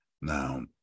Now